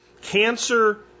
Cancer